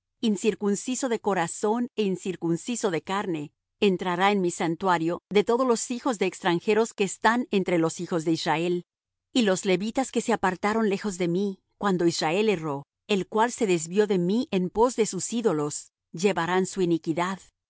incircunciso de corazón é incircunciso de carne entrará en mi santuario de todos los hijos de extranjeros que están entre los hijos de israel y los levitas que se apartaron lejos de mí cuando israel erró el cual se desvió de mí en pos de sus ídolos llevarán su iniquidad